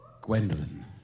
Gwendolyn